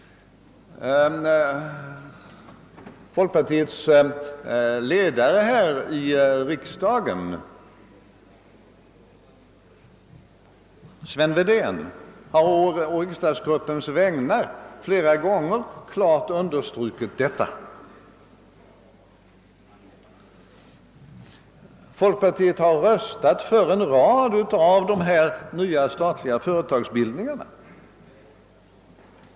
Folkpartiets ledare här i riksdagen, Sven Wedén, har å riksdagsgruppens vägnar flera gånger klart understrukit detta. Folkpartiet har röstat för en rad av de nya statliga företagsbildningarna.